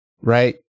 right